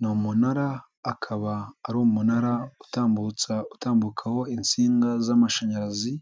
Ni umunara akaba ari umunara utambutsa utambukaho insinga z'amashanyarazi.